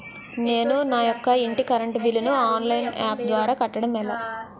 నేను నా యెక్క ఇంటి కరెంట్ బిల్ ను ఆన్లైన్ యాప్ ద్వారా కట్టడం ఎలా?